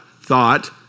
Thought